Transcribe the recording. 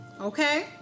okay